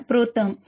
மாணவர் புரோதெர்ம்